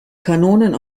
kanonen